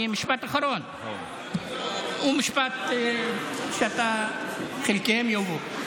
משפט אחרון, הוא משפט שאתה וחלקם יאהבו.